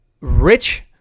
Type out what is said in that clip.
rich